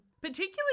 Particularly